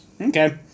Okay